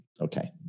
Okay